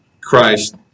Christ